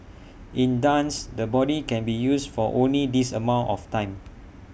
in dance the body can be used for only this amount of time